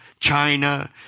China